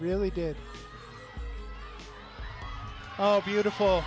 really did oh beautiful